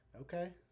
Okay